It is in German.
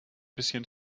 bisschen